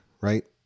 right